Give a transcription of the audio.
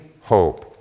hope